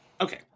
Okay